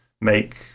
make